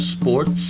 Sports